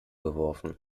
geworfen